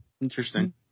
Interesting